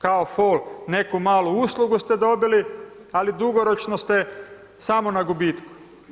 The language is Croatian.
Kao fol neku malu uslugu ste dobili, ali dugoročno ste samo na gubitku.